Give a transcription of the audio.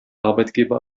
arbeitgeber